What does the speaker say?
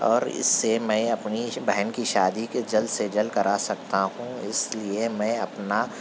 اور اس سے میں اپنی بہن کی شادی کہ جلد سے جلد کرا سکتا ہوں اس لیے میں اپنا